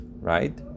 right